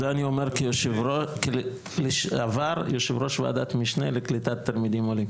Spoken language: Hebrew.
זה אני אומר כיו"ר לשעבר בוועדת משנה לקליטת תלמידים עולים.